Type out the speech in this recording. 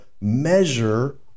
measure